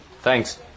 Thanks